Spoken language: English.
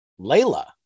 layla